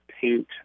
paint